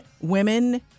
women